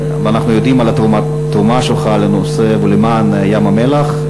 אנחנו יודעים על התרומה שלך לנושא ולמען ים-המלח.